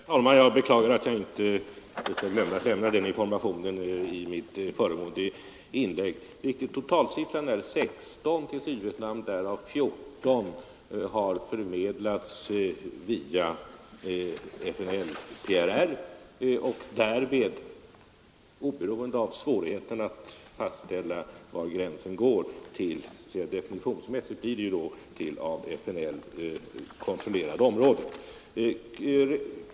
Herr talman! Jag beklagar att jag råkade glömma att lämna den informationen i mitt föregående inlägg. Totalsiffran är 16 miljoner till Sydvietnam, varav 14 miljoner har förmedlats via FNL och PRR till — oberoende av svårigheterna att fastställa var gränsen går — i varje fall definitionsmässigt av FNL kontrollerade områden.